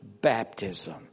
baptism